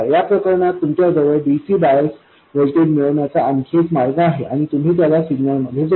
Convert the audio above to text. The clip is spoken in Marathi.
या प्रकरणात तुमच्याजवळ dc बायस व्होल्टेज मिळविण्याचा आणखी काही मार्ग आहे आणि तुम्ही त्याला सिग्नलमध्ये जोडा